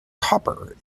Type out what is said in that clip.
copper